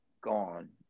gone